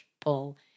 pull